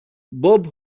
بوب